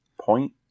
point